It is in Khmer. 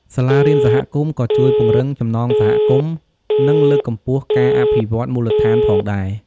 សាលារៀនសហគមន៍ក៏ជួយពង្រឹងចំណងសហគមន៍ និងលើកកម្ពស់ការអភិវឌ្ឍមូលដ្ឋានផងដែរ។